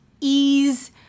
ease